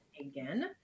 again